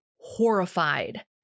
horrified